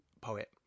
poet